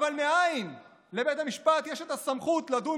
אבל מאין לבית המשפט יש את הסמכות לדון